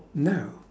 no